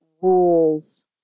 rules